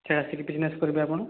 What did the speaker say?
ଆଚ୍ଛା ଆସିକି ବିଜନେସ୍ କରିବେ ଆପଣ